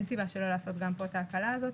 סיבה שלא לעשות גם פה את ההקלה הזאת.